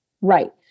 right